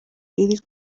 iri